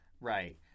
Right